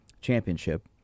championship